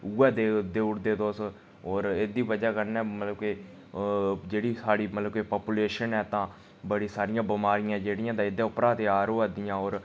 उ'ऐ देई ओड़दे तुस होर एह्दी वजह कन्नै मतलब कि जेह्ड़ी साढ़ी मतलब कि पापुलेशन ऐ तां बड़ी सरियां बमारियां जेह्ड़ियां तां एह्दे उप्परा त्यार होआ दियां होर